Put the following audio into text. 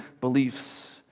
beliefs